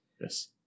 Yes